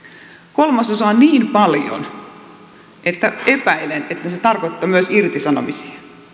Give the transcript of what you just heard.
kolmasosa on niin paljon että epäilen että se tarkoittaa myös irtisanomisia